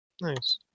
Nice